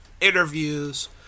interviews